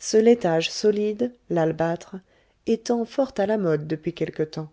ce laitage solide l'albâtre étant fort à la mode depuis quelque temps